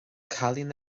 cailín